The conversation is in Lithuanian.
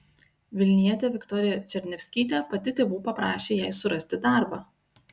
vilnietė viktorija černiavskytė pati tėvų paprašė jai surasti darbą